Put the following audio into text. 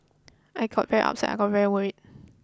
I got very upset I got very worried